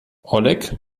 oleg